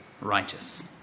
righteous